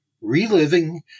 Reliving